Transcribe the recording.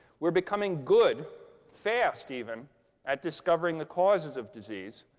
we're becoming good fast, even at discovering the causes of disease.